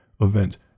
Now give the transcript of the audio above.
event